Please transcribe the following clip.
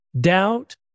Doubt